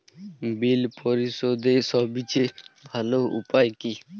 বিল পরিশোধের সবচেয়ে ভালো উপায় কী?